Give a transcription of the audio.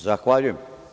Zahvaljujem.